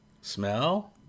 Smell